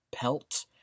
pelt